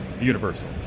universal